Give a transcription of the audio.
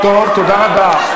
טוב, תודה רבה.